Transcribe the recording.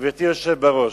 גברתי היושבת-ראש,